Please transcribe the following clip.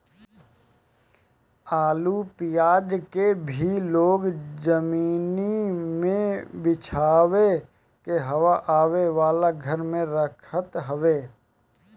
आलू पियाज के भी लोग जमीनी पे बिछा के हवा आवे वाला घर में रखत हवे